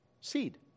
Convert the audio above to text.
seed